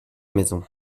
maison